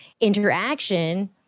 interaction